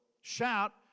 Shout